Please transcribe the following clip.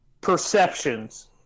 perceptions